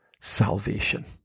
salvation